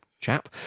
chap